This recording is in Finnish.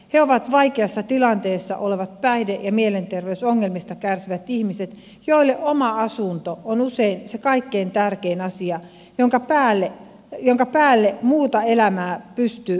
he ovat vaikeassa tilanteessa olevat päihde ja mielenterveysongelmista kärsivät ihmiset joille oma asunto on usein se kaikkein tärkein asia jonka päälle muuta elämää pystyy rakentamaan